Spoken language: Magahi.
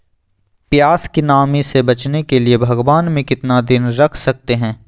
प्यास की नामी से बचने के लिए भगवान में कितना दिन रख सकते हैं?